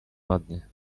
ładnie